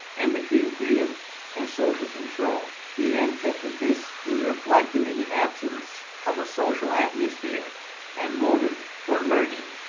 and between freedom and social control. the antithesis is reflected in the absence of a social atmosphere and motive for learning,